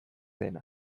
dena